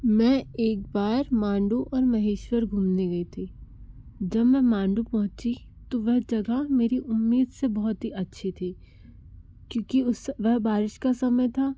मैं एक बार मांडू और महेश्वर घूमने गई थी जब मैं मांडू पहुँची तो वह जगह मेरी उम्मीद से बहुत ही अच्छी थी क्योंकि उस वह बारिश का समय था